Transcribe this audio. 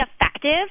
effective